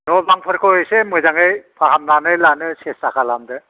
न' बां फोरखौ एसे मोजाङै फाहामनानै लानो सेस्ता खालामदो